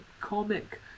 comic